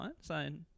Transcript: sign